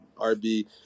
RB